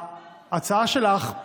ההצעה שלך היא